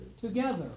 Together